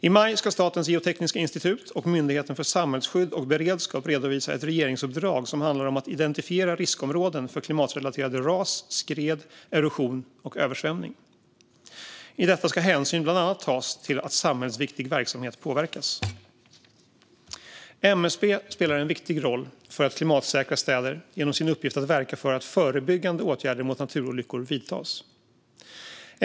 I maj ska Statens geotekniska institut och Myndigheten för samhällsskydd och beredskap redovisa ett regeringsuppdrag som handlar om att identifiera riskområden för ras, skred, erosion och översvämning som är klimatrelaterade. I detta ska hänsyn bland annat tas till att samhällsviktig verksamhet påverkas. MSB spelar en viktig roll för att klimatsäkra städer genom sin uppgift att verka för att förebyggande åtgärder mot naturolyckor vidtas.